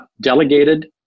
delegated